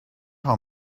how